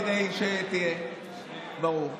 כדי שזה יהיה ברור.